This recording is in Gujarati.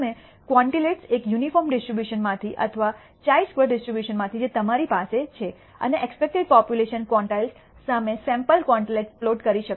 તમે ક્વોન્ટિલેટ્સ એક યુનિફોર્મ ડિસ્ટ્રીબ્યુશન માંથી અથવા χ સ્ક્વેર્ડ ડિસ્ટ્રીબ્યુશનમાંથી જે તમારી પાસે છે અને એક્સપેકટેડ પોપ્યુલેશન ક્વોન્ટિલેઝ સામે સેમ્પલ ક્વોન્ટિલેટ્સ પ્લોટ કરી શકો છો